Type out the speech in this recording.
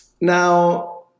Now